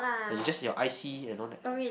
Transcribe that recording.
you just your I_C and all that